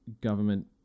government